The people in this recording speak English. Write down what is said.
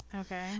Okay